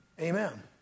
Amen